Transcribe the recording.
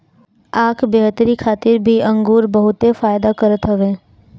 आँख बेहतरी खातिर भी अंगूर बहुते फायदा करत हवे